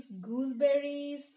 gooseberries